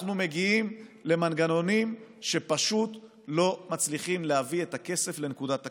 מגיעים למנגנונים שפשוט לא מצליחים להביא את הכסף לנקודת הקצה.